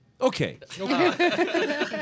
Okay